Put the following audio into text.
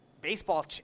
baseball